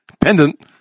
Pendant